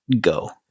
go